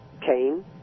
Cain